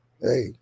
hey